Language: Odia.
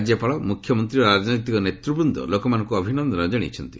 ରାଜ୍ୟପାଳ ମୁଖ୍ୟମନ୍ତ୍ରୀ ଓ ରାଜନୈତିକ ନେତୃବୃନ୍ଦ ଲୋକମାନଙ୍କୁ ଅଭିନନ୍ଦନ ଜଣାଇଛନ୍ତି